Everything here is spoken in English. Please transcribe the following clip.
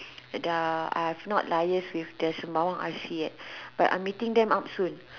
the I have not liase with the Sembawang R_C yet but I'm meeting them up soon